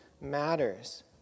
matters